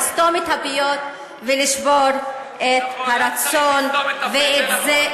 לסתום את הפיות ולשבור את הרצון ואת זה,